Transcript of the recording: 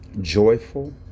joyful